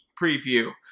preview